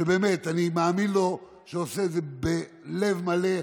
ואני באמת מאמין לו שהוא עושה את זה בלב מלא,